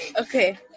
Okay